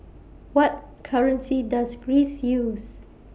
What currency Does Greece use